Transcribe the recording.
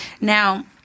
Now